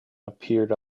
appeared